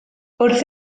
wrth